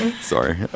sorry